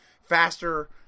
faster